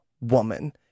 woman